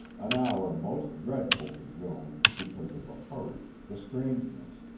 an hour most dreadful to joan because of the hurry, the strangeness,